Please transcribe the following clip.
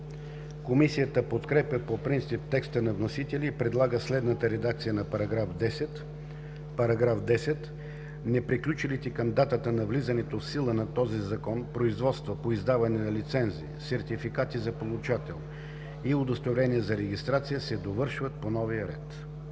Комисията подкрепя по принцип текста на вносителя и предлага следната редакция на § 10: „§ 10. Неприключилите към датата на влизането в сила на този закон производства по издаване на лицензи, сертификати за получател и удостоверения за регистрация се довършват по новия ред.“